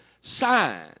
sign